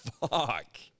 fuck